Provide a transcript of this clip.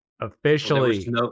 Officially